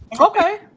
Okay